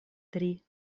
три